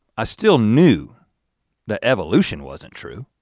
i still knew that evolution wasn't true,